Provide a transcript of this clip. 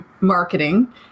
marketing